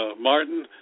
Martin